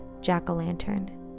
jack-o'-lantern